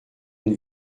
une